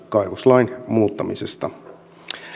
kaivoslain muuttamisesta